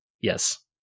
Yes